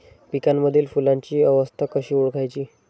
पिकांमधील फुलांची अवस्था कशी ओळखायची?